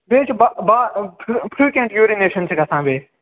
بیٚیہِ چھِ با فرٛوٗکینٹ یوٗرِنیشن چھِ گَژھان بیٚیہِ